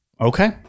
Okay